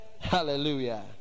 Hallelujah